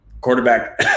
Quarterback